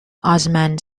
osman